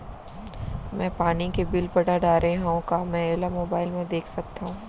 मैं पानी के बिल पटा डारे हव का मैं एला मोबाइल म देख सकथव?